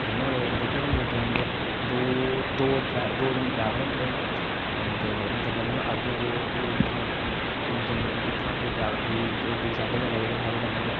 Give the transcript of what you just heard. नुहाड़े जेह्के होंदे ट्रेन दे दौं तिन ड्रावर होंदे तेल्लै जि'यां अग्गै गे फ्ही उत्थूं दा इंजन ड्राइवर दूई साइडा जंदा जिद्धर जाना होंदा